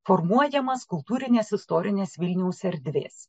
formuojamas kultūrinės istorinės vilniaus erdvės